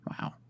Wow